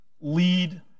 lead